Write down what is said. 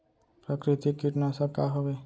प्राकृतिक कीटनाशक का हवे?